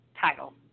title